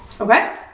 Okay